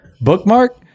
bookmark